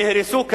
נהרסו כליל.